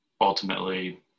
ultimately